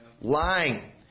lying